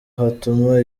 hatuma